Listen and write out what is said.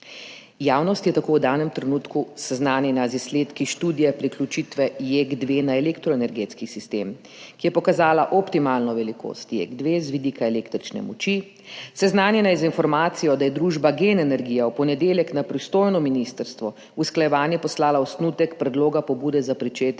Javnost je tako v danem trenutku seznanjena z izsledki študije priključitve JEK2 na elektroenergetski sistem, ki je pokazala optimalno velikost JEK2 z vidika električne moči, seznanjena je z informacijo, da je družba GEN energija v ponedeljek na pristojno ministrstvo v usklajevanje poslala osnutek predloga pobude za začetek